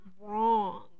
wrong